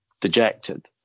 dejected